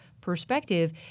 perspective